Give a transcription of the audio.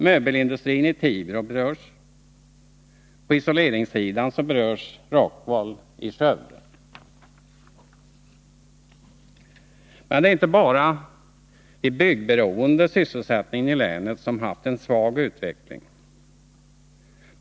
Möbelindustrin i Tibro berörs. På isoleringssidan berörs Rockwool i Skövde. Men det är inte bara den byggberoende sysselsättningen i länet som haft en svag utveckling.